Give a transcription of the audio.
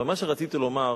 ומה שרציתי לומר: